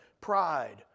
pride